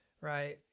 right